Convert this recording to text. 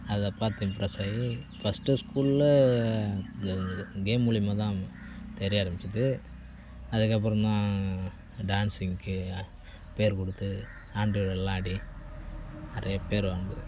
அதை பார்த்து இம்ப்ரெஸ் ஆகி ஃபர்ஸ்ட் ஸ்கூலில் கேம் மூலயமாதான் தெரிய ஆரமித்தது அதுக்கு அப்புறம் தான் டான்சிங்க்கு பேர் கொடுத்து ஆண்டுவிழாலெலாம் ஆடி நிறைய பேர் வந்து